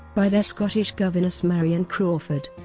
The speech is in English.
by their scottish governess marion crawford.